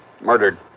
Murdered